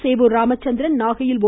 சேவூர் ராமச்சந்திரன் நாகையில் ஒ